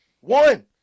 One